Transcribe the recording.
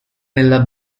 nella